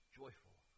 joyful